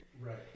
Right